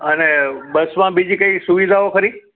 અને બસમાં બીજી કઈ સુવિધાઓ ખરી